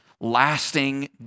lasting